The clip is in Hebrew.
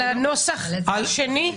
על הנוסח השני?